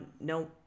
no